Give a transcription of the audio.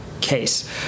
case